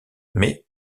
mais